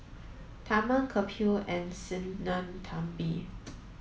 Tharman Kapil and Sinnathamby